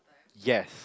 yes